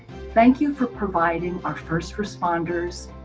thank you for providing our first responders,